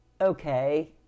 okay